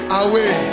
away